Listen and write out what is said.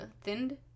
thinned